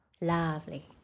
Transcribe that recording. Lovely